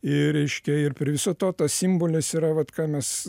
ir reiškia ir prie viso to tas simbolis yra vat ką mes